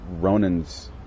Ronan's